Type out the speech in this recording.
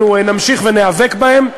אנחנו נמשיך וניאבק בהם,